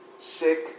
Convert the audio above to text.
sick